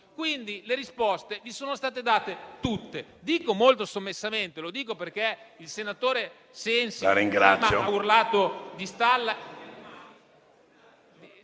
Quindi le risposte vi sono state date tutte. Dico una cosa molto sommessamente, perché il senatore Sensi prima ha urlato di stalla.